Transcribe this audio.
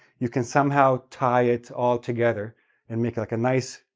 you can somehow tie it all together and make like, a nice,